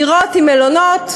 דירות עם מלונות,